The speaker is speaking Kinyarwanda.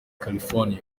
california